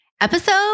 episode